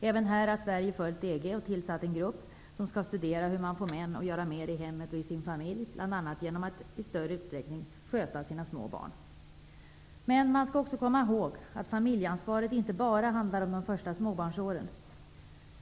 Även här har Sverige följt EG och tillsatt en grupp som skall studera hur man får män att göra mer i hemmet och i sin familj, bl.a. genom att i större utsträckning sköta sina små barn. Man skall också komma ihåg att familjeansvaret inte bara handlar om de första småbarnsåren.